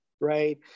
right